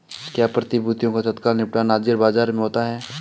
क्या प्रतिभूतियों का तत्काल निपटान हाज़िर बाजार में होता है?